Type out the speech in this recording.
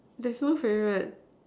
there's no favorite